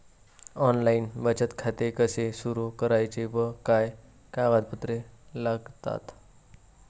Online बचत खाते कसे सुरू करायचे व काय कागदपत्रे लागतात?